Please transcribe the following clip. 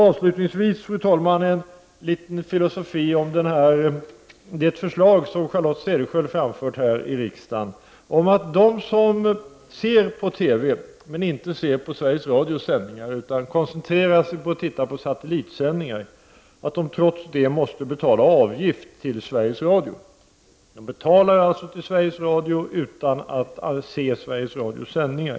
Avslutningsvis vill jag, fru talman, filosofera litet över det förslag som Charlotte Cederschiöld har framfört här i riksdagen om dem som ser på TV, men inte ser på Sveriges Radios sändningar utan koncentrerar sig på satellitsändningar och trots detta måste betala avgift till Sveriges Radio. De betalar alltså till Sveriges Radio utan att alls se Sveriges Radios sändningar.